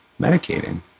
medicating